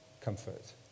comfort